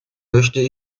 möchte